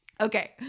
Okay